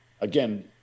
again